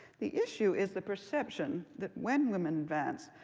the issue is the perception that when women advance,